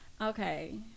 Okay